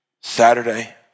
Saturday